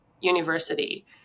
university